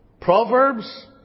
Proverbs